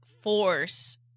force